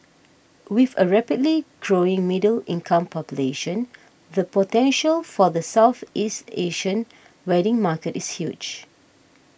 with a rapidly growing middle income population the potential for the Southeast Asian wedding market is huge